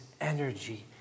energy